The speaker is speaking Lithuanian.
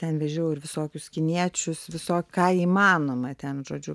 ten vežiau ir visokius kiniečius visa ką įmanoma ten žodžiu